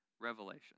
revelation